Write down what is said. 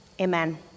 Amen